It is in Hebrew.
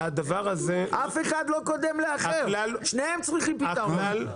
אף אחד לא קודם לאחר, שתיהן צריכות פתרון.